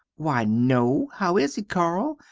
why no how is it carl?